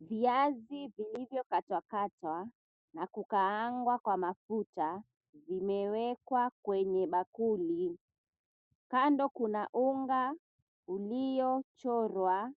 Viazi vilivyokatwakatwa na kukaangwa kwa mafuta vimewekwa kwenye bakuli. Kando kuna unga uliochorwa